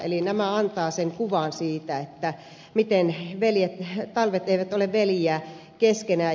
eli nämä antavat kuvan siitä miten talvet eivät ole veljiä keskenään